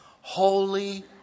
Holy